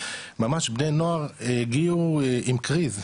ממש בני נוער הגיעו עם קריז,